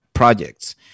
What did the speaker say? projects